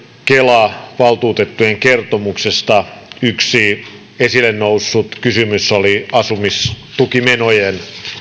kela valtuutettujen kertomuksesta yksi esille noussut kysymys oli asumistukimenojen